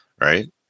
Right